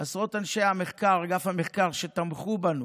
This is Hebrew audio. אנשי אגף המחקר, שתמכו בנו,